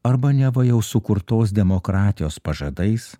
arba neva jau sukurtos demokratijos pažadais